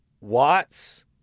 watts